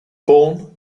born